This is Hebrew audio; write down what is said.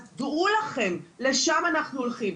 אז דעו לכם, לשם אנחנו הולכים.